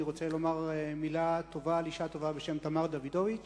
אני רוצה לומר מלה טובה על אשה טובה בשם תמר דוידוביץ.